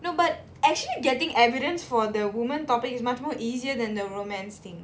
no but actually getting evidence for the woman topic is much more easier than the romance thing